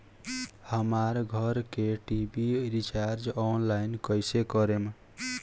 हमार घर के टी.वी रीचार्ज ऑनलाइन कैसे करेम?